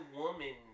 woman